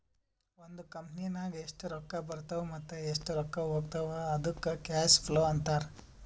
ಒಂದ್ ಕಂಪನಿನಾಗ್ ಎಷ್ಟ್ ರೊಕ್ಕಾ ಬರ್ತಾವ್ ಮತ್ತ ಎಷ್ಟ್ ರೊಕ್ಕಾ ಹೊತ್ತಾವ್ ಅದ್ದುಕ್ ಕ್ಯಾಶ್ ಫ್ಲೋ ಅಂತಾರ್